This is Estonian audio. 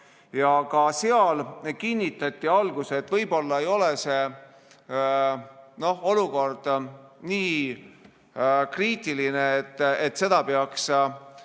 ja ka seal kinnitati alguses, et võib-olla ei ole see olukord nii kriitiline, et seda peaks